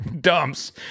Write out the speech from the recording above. dumps